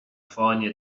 fáinne